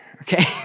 Okay